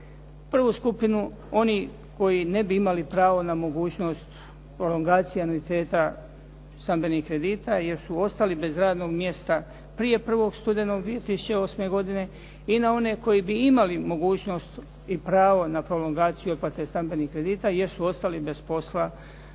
Prvu skupinu oni koji ne bi imali pravo na mogućnost prolongacije anuiteta stambenih kredita, jer su ostali bez radnog mjesta prije 1. studenog 2008. godine i na one koji bi imali mogućnost i pravo na prolongaciju otplate stambenih kredita, jer su ostali bez posla